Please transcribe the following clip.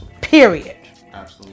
Period